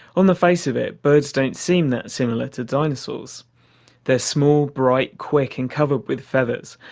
on the face of it, birds don't seem that similar to dinosaurs they're small, bright, quick and covered with feathers,